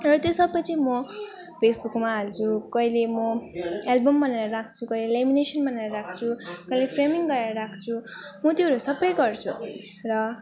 र त्यो सब चाहिँ म फेसबुकमा हाल्छु कहिले म एल्बम बनाएर राख्छु कहिले लेमिनेसन बनाएर राख्छु कहिले फ्रेमिङ गरेर राख्छु म त्योहरू सब गर्छु र